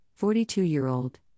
42-year-old